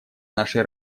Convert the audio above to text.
нашей